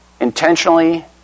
Intentionally